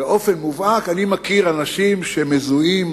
באופן מובהק אני מכיר אנשים שמזוהים